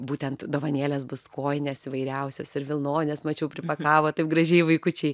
būtent dovanėlės bus kojinės įvairiausios ir vilnones mačiau pripakavo taip gražiai vaikučiai